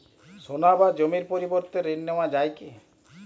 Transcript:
সোনা বা জমির পরিবর্তে ঋণ নেওয়া যায় কী?